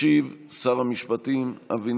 ישיב שר המשפטים אבי